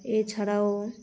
এছাড়াও